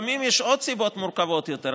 ולפעמים יש עוד סיבות מורכבות יותר.